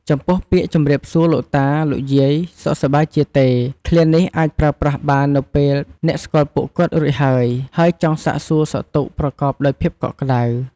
ចំពោះពាក្យ"ជម្រាបសួរលោកតា លោកយាយ សុខសប្បាយជាទេ?" ឃ្លានេះអាចប្រើប្រាស់បាននៅពេលអ្នកស្គាល់ពួកគាត់រួចហើយ ហើយចង់សាកសួរសុខទុក្ខប្រកបដោយភាពកក់ក្ដៅ។